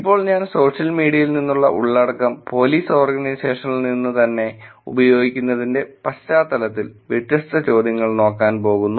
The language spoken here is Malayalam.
ഇപ്പോൾ ഞാൻ സോഷ്യൽ മീഡിയയിൽ നിന്നുള്ള ഉള്ളടക്കം പോലീസ് ഓർഗനൈസേഷനിൽ നിന്ന് തന്നെ ഉപയോഗിക്കുന്നതിന്റെ പശ്ചാത്തലത്തിൽ വ്യത്യസ്ത ചോദ്യങ്ങൾ നോക്കാൻ പോകുന്നു